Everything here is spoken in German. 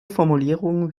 formulierungen